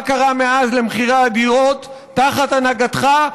מה קרה מאז למחירי הדירות תחת הנהגתך?